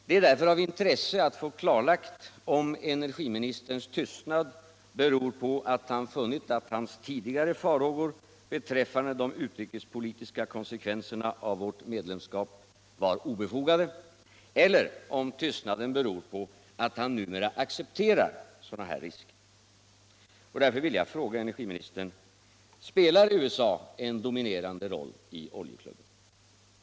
Det är därför av intresse att få klarlagt om energiministerns tystnad beror på att han funnit att hans tidigare farhågor beträffande de utrikespolitiska konsekvenserna av vårt medlemskap var obefogade eller om tystnaden beror på att han numera accepterar sådana risker. Därför vill jag fråga energiministern: Spelar USA en dominerande roll i Oljeklubben?